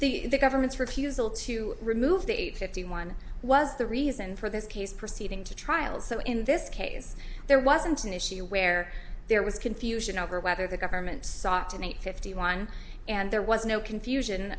fact the government's refusal to remove the eight fifty one was the reason for this case proceeding to trial so in this case there wasn't an issue where there was confusion over whether the government sought an eight fifty one and there was no confusion